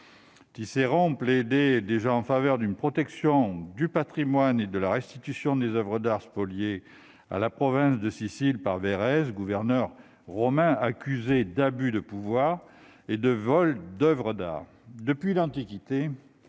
Cicéron plaidait déjà en faveur d'une protection du patrimoine et de la restitution des oeuvres d'art spoliées à la province de Sicile par Verrès, gouverneur romain accusé d'abus de pouvoir et de vol d'oeuvres d'art.